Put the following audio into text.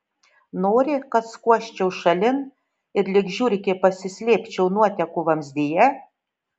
nori kad skuosčiau šalin ir lyg žiurkė pasislėpčiau nuotekų vamzdyje